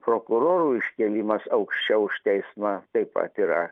prokurorų iškėlimas aukščiau už teismą taip pat yra